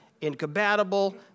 incompatible